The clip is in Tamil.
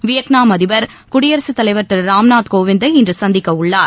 வியட்நாம் அதிபர் குடியரசு தலைவர் திரு ராம்நாத் கோவிந்தை இன்று சந்திக்க உள்ளார்